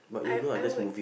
I I would